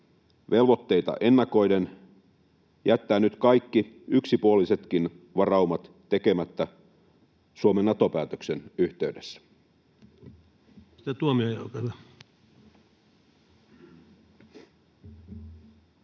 velvoitteita ennakoiden jättää nyt kaikki yksipuolisetkin varaumat tekemättä Suomen Nato-päätöksen yhteydessä?